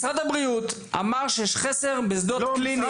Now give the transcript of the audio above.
משרד הבריאות אמר שיש פה מחסור בשדות קליניים.